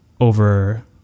over